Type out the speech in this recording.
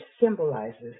symbolizes